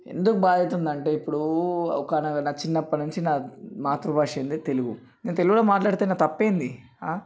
ఎందుకు బాధైతుందంటే ఇప్పుడు ఒకనా చిన్నప్పటి నుంచి నా మాతృభాష ఏందీ తెలుగు నేను తెలుగులో మాట్లాడితే నా తప్పేంది ఆ